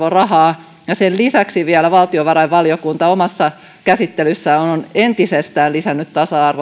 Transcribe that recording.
arvorahaa ja sen lisäksi vielä valtiovarainvaliokunta omassa käsittelyssään on entisestään lisännyt tasa